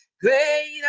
great